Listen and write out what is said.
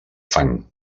fang